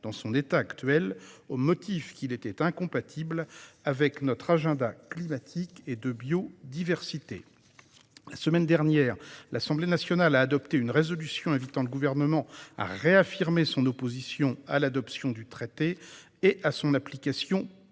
dans son état actuel au motif qu'il est incompatible avec notre agenda climatique et de biodiversité. La semaine dernière, l'Assemblée nationale a adopté une résolution invitant le Gouvernement à réitérer son opposition à l'adoption du traité et à son application partielle.